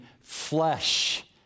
flesh